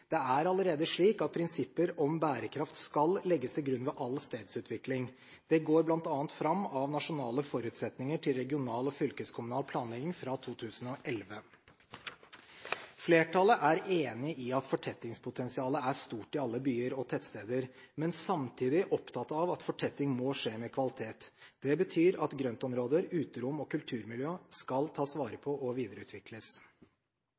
Det er allerede slik at prinsipper om bærekraft skal legges til grunn ved all stedsutvikling. Det går bl.a. fram av Nasjonale forutsetninger til regional og fylkeskommunal planlegging fra 2011. Flertallet er enig i at fortettingspotensialet er stort i alle byer og tettsteder, men samtidig opptatt av at fortetting må skje med kvalitet. Det betyr at grøntområder, uterom og kulturmiljø skal tas vare